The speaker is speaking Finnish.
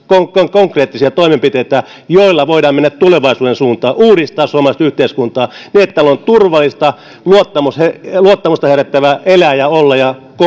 konkreettisia toimenpiteitä joilla voidaan mennä tulevaisuuden suuntaan uudistaa suomalaista yhteiskuntaa niin että täällä on turvallista luottamusta luottamusta herättävää elää ja olla ja